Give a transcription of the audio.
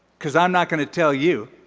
because i'm not going to tell you,